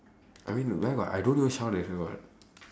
I mean where got I don't even shout at her [what]